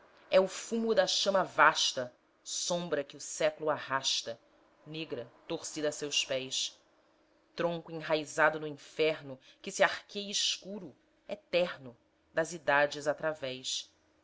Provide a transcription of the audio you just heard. é o fumo da chama vasta sombra que o século arrasta negra torcida a seus pés tronco enraizado no inferno que se arqueia escuro eterno das idades através